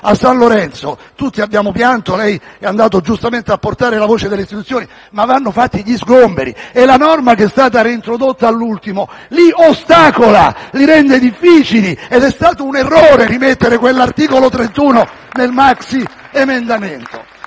A San Lorenzo tutti abbiamo pianto e lei è andato giustamente a portare la voce delle istituzioni, ma vanno fatti gli sgomberi e la norma che è stata reintrodotta all'ultimo li ostacola, rendendoli difficili. È stato un errore reinserire l'articolo 31 nel maxiemendamento.